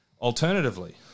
Alternatively